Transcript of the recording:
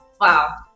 Wow